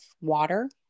water